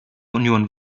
union